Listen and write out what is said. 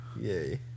Yay